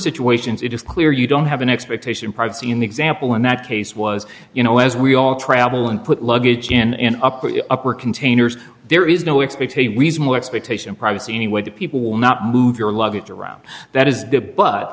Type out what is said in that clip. situations it is clear you don't have an expectation of privacy in the example in that case was you know as we all travel and put luggage in upper upper containers there is no expect a reasonable expectation of privacy anyway that people will not move your luggage around that is the but